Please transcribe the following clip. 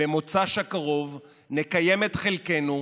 במוצ"ש הקרוב נקיים את חלקנו,